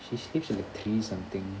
she's sleeps at like three something